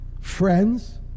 friends